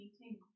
meeting